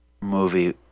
movie